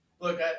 Look